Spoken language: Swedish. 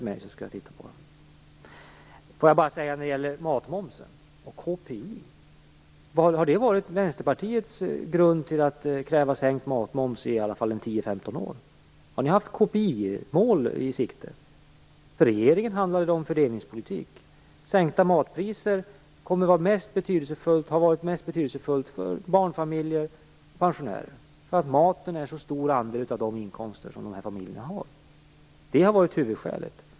målet har varit Vänsterpartiets grund till att kräva sänkt matmoms i alla fall i 10-15 år. Har ni haft KPI mål i sikte? För regeringen handlade det om fördelningspolitik. Sänkta matpriser har mest betydelsefulla för barnfamiljer och pensionärer. Matutgifterna utgör en stor andel av familjernas ekonomi. Det har varit huvudskälet.